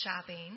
shopping